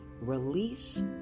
Release